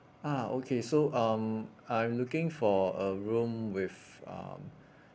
ah okay so um I'm looking for a room with um